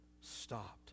stopped